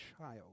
child